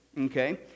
okay